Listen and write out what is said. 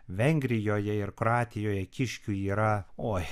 vengrijoje ir kroatijoje kiškių yra oi